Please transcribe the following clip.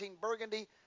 Burgundy